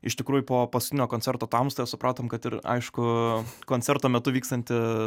iš tikrųjų po paskutinio koncerto tamstoje supratom kad ir aišku koncerto metu vykstanti